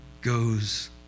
goes